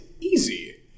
easy